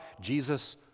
Jesus